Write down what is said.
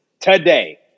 today